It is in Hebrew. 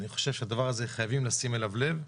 ואני חושב שחייבים לשים אליה לב,